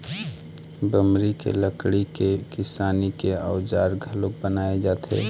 बमरी के लकड़ी के किसानी के अउजार घलोक बनाए जाथे